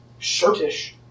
shirtish